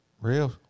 Real